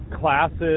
classes